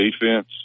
defense